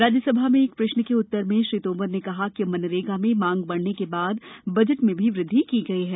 राज्यसभा में एक प्रश्न के उत्तर में श्री तोमर ने कहा कि मनरेगा में मांग बढ़ने के बाद बजट में भी वृद्धि की गई है